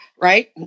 right